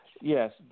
yes